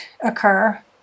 occur